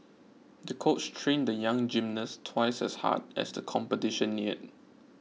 the coach trained the young gymnast twice as hard as the competition neared